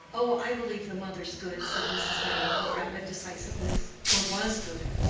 oh, i believe the mother's good, said mrs. meyrick, with rapid decisiveness or was good.